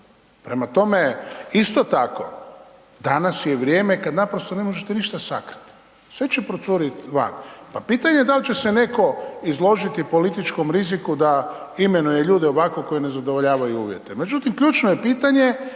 Prema tome, isto tako danas je vrijeme kad naprosto ne možete ništa sakriti, sve će procuriti van. Pa pitanje da li će se netko izložiti političkom riziku da imenuje ljude ovako koji ne zadovoljavaju uvjete. Međutim ključno je pitanje